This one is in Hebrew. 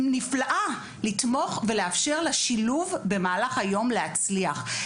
נפלאה, לתמוך ולאפשר לשילוב במהלך היום להצליח.